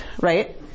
right